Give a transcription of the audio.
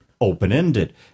open-ended